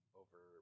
over